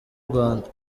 rwanda